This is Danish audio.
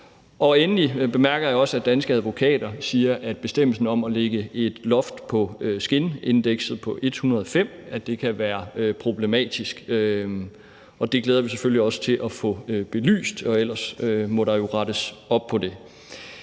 Og endelig bemærker jeg også, at Danske Advokater siger, at bestemmelsen om at lægge et loft for skindindekset på kurs 105 kan være problematisk, og det glæder vi os selvfølgelig også til at få belyst – for ellers må der jo rettes op på det.